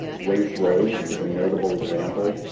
race road is a notable example.